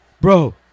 Bro